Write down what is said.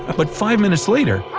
ah but five minutes later,